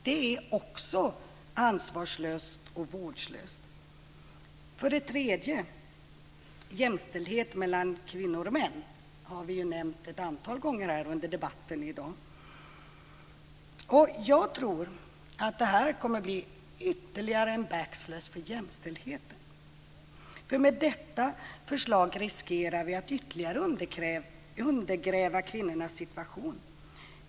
Det är också ansvarslöst och vårdslöst. För det tredje: Vi har ett antal gånger under debatten här i dag nämnt jämställdhet mellan kvinnor och män. Jag tror att det kommer att bli ytterligare en backlash för jämställdheten. Med detta förslag riskerar vi att ytterligare undergräva kvinnornas situation.